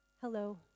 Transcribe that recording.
Hello